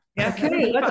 Okay